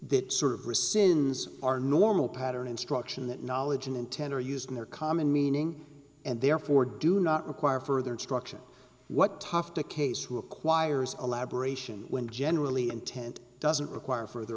that sort of ricin is our normal pattern instruction that knowledge and intent are used in their common meaning and therefore do not require further instruction what tough to case who acquires elaboration when generally intent doesn't require further